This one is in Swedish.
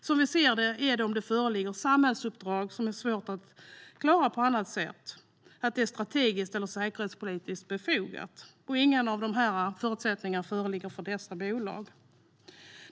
Som vi ser det är skälen att det föreligger samhällsuppdrag som är svåra att klara på annat sätt, att det är strategiskt befogat eller att det är säkerhetspolitiskt befogat. Inget av dessa skäl föreligger för dessa bolag.